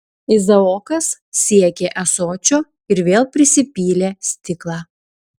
izaokas siekė ąsočio ir vėl prisipylė stiklą